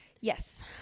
Yes